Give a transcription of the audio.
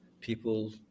people